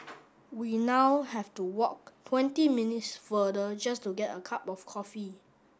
we now have to walk twenty minutes further just to get a cup of coffee